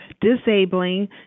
disabling